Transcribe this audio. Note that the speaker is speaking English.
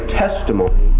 testimony